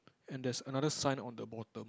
and there's another sign on the bottom